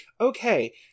Okay